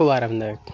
খুব আরামদায়ক